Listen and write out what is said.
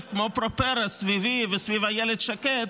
כמו פורפרה סביבי וסביב איילת שקד,